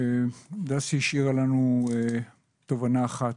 דסי השאירה לנו תובנה אחת.